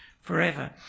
forever